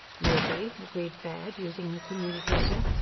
maybe, agreed baird, using the communicator.